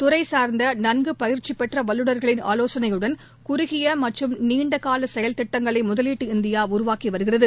துறை சார்ந்த நன்கு பயிற்சி பெற்ற வல்லுநர்களின் ஆலோசனையுடன் குறுகிய மற்றும் நீண்ட கால செயல் திட்டங்களை முதலீட்டு இந்தியா உருவாக்கி வருகிறது